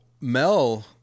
Mel